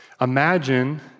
Imagine